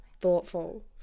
thoughtful